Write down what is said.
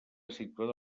situada